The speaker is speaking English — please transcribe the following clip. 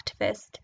activist